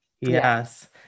yes